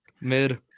mid